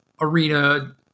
Arena